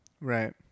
right